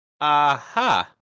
Aha